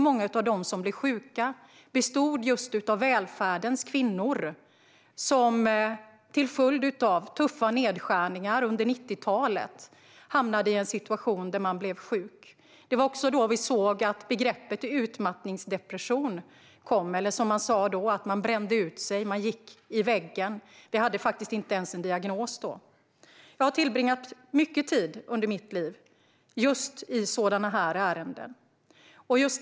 Många av dem som blev sjuka var kvinnor i välfärden, som till följd av tuffa nedskärningar under 90-talet hamnade i en situation där de blev sjuka. Det var också då begreppet utmattningsdepression kom. Man sa då att man brände ut sig eller gick in i väggen; det hade faktiskt inte ens en diagnos. Jag har under mitt liv tillbringat mycket tid med just sådana här ärenden.